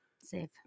save